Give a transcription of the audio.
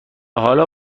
حالا